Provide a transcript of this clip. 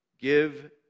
Give